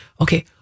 Okay